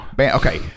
Okay